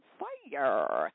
fire